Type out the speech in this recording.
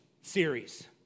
series